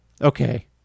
Okay